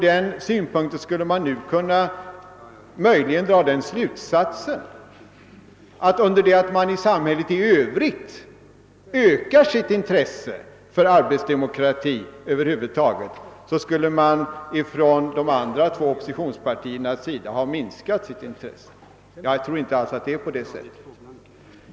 Därav skulle man nu möjligen kunna dra den slutsatsen att medan samhället i övrigt ökar sitt intresse för arbetsdemokrati över huvud taget, skulle de båda andra oppositionspartierna ha minskat sitt intresse. Jag tror inte att det förhåller sig så.